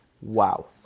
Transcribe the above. Wow